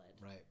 Right